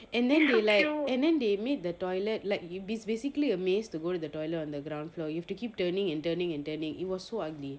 and then they like and then they made the toilet like you basically a maze to go to the toilet on the ground floor you have to keep turning and turning and turning it was so ugly